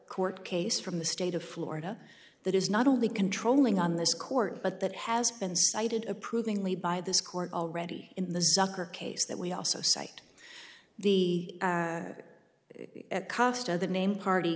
court case from the state of florida that is not only controlling on this court but that has been cited approvingly by this court already in the zucker case that we also cite the cost of the name party